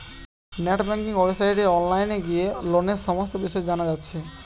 net banking ওয়েবসাইটে online গিয়ে লোনের সমস্ত বিষয় জানা যাচ্ছে